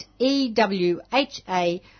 ewha